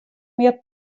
mear